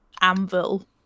Anvil